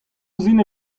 ouzhin